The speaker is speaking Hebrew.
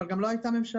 אבל גם לא הייתה ממשלה.